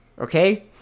okay